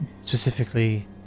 Specifically